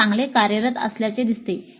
हे चांगले कार्यरत असल्याचे दिसते